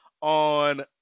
on